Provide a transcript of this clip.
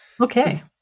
Okay